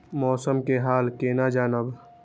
मौसम के हाल केना जानब?